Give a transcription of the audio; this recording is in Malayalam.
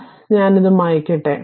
അതിനാൽ ഞാൻ അത് മായ്ക്കട്ടെ